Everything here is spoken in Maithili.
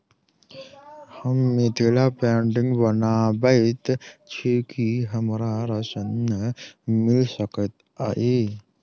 हम मिथिला पेंटिग बनाबैत छी की हमरा ऋण मिल सकैत अई?